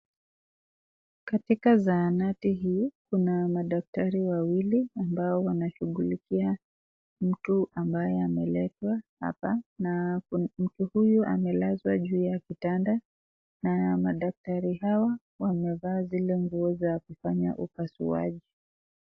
Katika zahanati hii kuna madaktari wawili ambao wanashughulikia mtu ambaye ameletwa hapa na mtu huyu amelazwa juu ya kitanda na madaktari hawa wamevaa zile nguo za kufanya upasuaji.